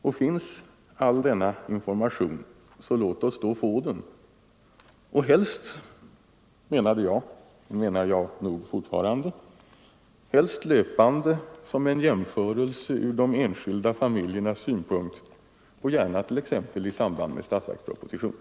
Och finns all denna information, låt oss då få den — helst, menar jag, löpande som en jämförelse ur de enskilda familjernas synpunkt och gärna t.ex. i samband med statsverkspropositionen.